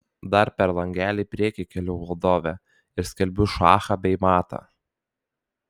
dar per langelį į priekį keliu valdovę ir skelbiu šachą bei matą